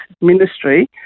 ministry